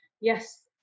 yes